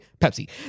pepsi